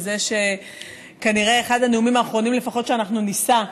בזה שכנראה אחד הנאומים האחרונים שאנחנו נישא,